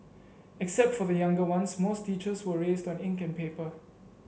except for the younger ones most teachers were raised on ink and paper